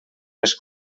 les